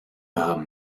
haben